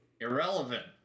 Irrelevant